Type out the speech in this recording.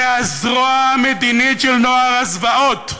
אלה הזרוע המדינית של "נוער הזוועות",